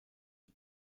the